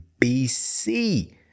BC